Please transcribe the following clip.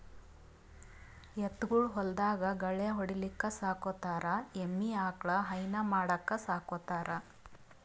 ಎತ್ತ್ ಗೊಳ್ ಹೊಲ್ದಾಗ್ ಗಳ್ಯಾ ಹೊಡಿಲಿಕ್ಕ್ ಸಾಕೋತಾರ್ ಎಮ್ಮಿ ಆಕಳ್ ಹೈನಾ ಮಾಡಕ್ಕ್ ಸಾಕೋತಾರ್